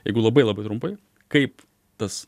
jeigu labai labai trumpai kaip tas